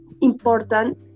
important